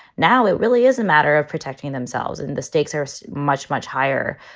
now, it really is a matter of protecting themselves and the stakes are much, much higher.